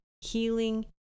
healing